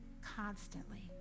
constantly